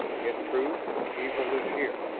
in truth evil is here!